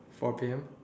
four P_M